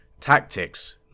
Tactics